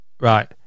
Right